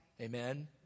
Amen